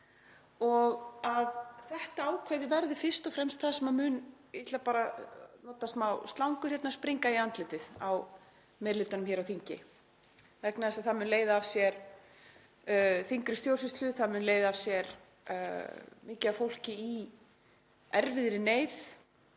og að þetta ákvæði verði fyrst og fremst það sem mun — ég ætla bara að nota smá slangur — springa í andlitið á meiri hlutanum hér á þingi vegna þess að það mun leiða af sér þyngri stjórnsýslu. Það mun leiða af sér mikið af fólki í erfiðri neyð